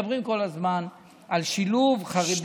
מדברים כל הזמן על שילוב חרדים